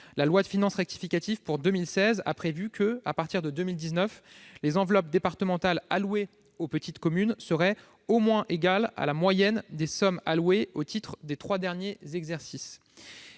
La loi de finances rectificative de 2016 a prévu que, à partir de 2019, les enveloppes départementales allouées aux petites communes seraient au moins égales à la moyenne des sommes allouées au titre des trois derniers exercices.